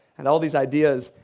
and all these ideas.